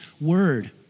word